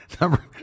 number